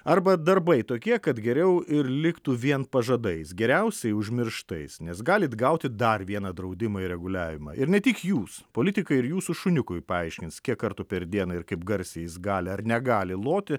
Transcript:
arba darbai tokie kad geriau ir liktų vien pažadais geriausiai užmirštais nes galit gauti dar vieną draudimą ir reguliavimą ir ne tik jūs politikai ir jūsų šuniukui paaiškins kiek kartų per dieną ir kaip garsiai jis gali ar negali loti